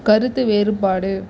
கருத்து வேறுபாடு